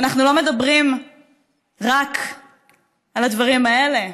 ואנחנו לא מדברים רק על הדברים האלה.